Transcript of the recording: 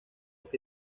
que